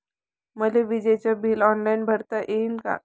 मले विजेच bill online भरता येईन का?